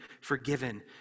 forgiven